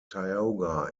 tioga